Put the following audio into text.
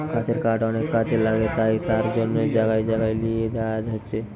গাছের কাঠ অনেক কাজে লাগে তাই তার জন্যে জাগায় জাগায় লিয়ে যায়া হচ্ছে